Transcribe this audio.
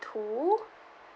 two